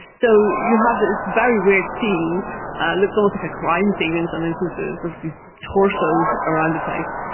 so you have this very weird scene, it looks almost like a crime scene in some instances of these torsos around the place.